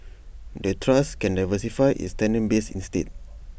the trust can diversify its tenant base instead